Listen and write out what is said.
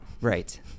right